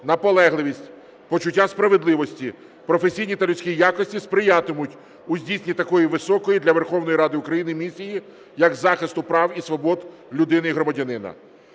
наполегливість, почуття справедливості, професійні та людські якості сприятимуть у здійсненні такої високої для Верховної Ради України місії, як захист прав і свобод людини і громадянина.